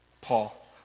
Paul